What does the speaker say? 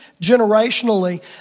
generationally